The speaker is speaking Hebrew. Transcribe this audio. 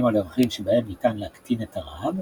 על הדרכים שבהן ניתן להקטין את הרעב,